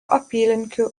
apylinkių